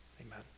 amen